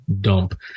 dump